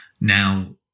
Now